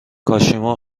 کاشیما